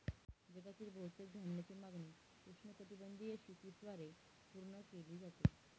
जगातील बहुतेक धान्याची मागणी उष्णकटिबंधीय शेतीद्वारे पूर्ण केली जाते